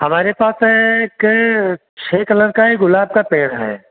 हमारे पास है एक छः कलर का है गुलाब का पेड़ है